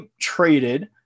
traded